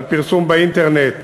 על פרסום באינטרנט,